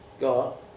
Go